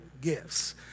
gifts